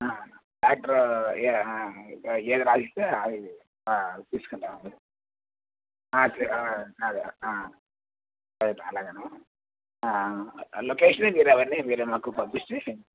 doctor ఏ ఏది రాసి ఇస్తే అవి తీసుకుందామని అట్లే అదే సరే అలాగనే లొకేషన్ మీరు అవన్ని మీరు మాకు పంపిస్తే